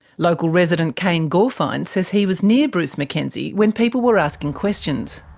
local resident cane gorfine says he was near bruce mackenzie when people were asking questions.